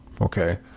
Okay